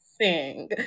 sing